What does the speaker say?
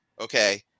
okay